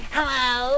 Hello